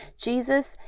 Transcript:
jesus